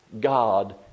God